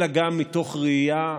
אלא גם מתוך ראייה,